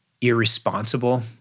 irresponsible